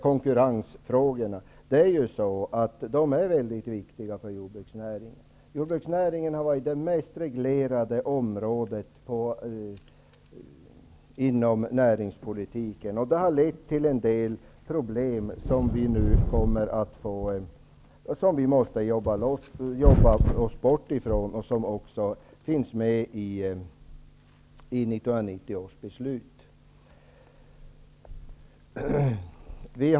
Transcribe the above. Konkurrensfrågorna är viktiga för jordbruksnäringen. Jordbruksnäringen har varit det mest reglerade området inom näringspolitiken. Det har lett till en del problem som vi nu måste arbeta oss bort ifrån, och detta ingår i 1990 års beslut.